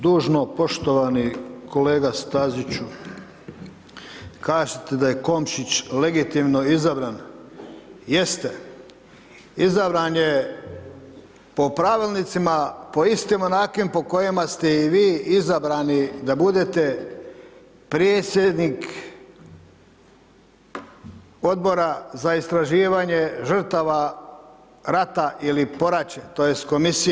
Dužno poštovani kolega Staziću, kažete da je Komšić legitimno izabran, jeste, izabran je po pravilnicima, po istim onakvim po kojima ste i vi izabrani da budete predsjednik Odbora za istraživanje žrtava rata ili poračje, tj. komisije.